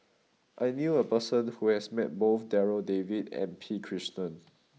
I knew a person who has met both Darryl David and P Krishnan